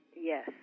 Yes